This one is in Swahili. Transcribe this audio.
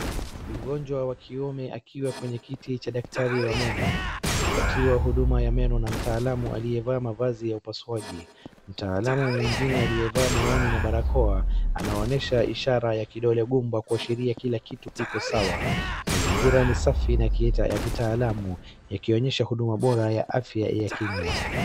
Mgonjwa wa kiume akiwa kwenye kiti cha daktari wa meno akipatiwa huduma ya meno na mtaalamu aliyevaa mavazi ya upasuaji. Mtaalamu mwingine aliyevaa miwani na barakoa anaonyesha ishara ya kidole gumba kuashiria kila kitu kiko sawa. Mazingira ni safi na ya kitaalamu yakionyesha huduma bora ya afya ya kinywa.